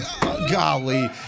golly